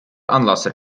anlasser